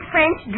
French